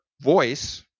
voice